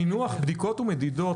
המינוח בדיקות ומדידות,